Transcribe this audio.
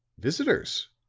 visitors,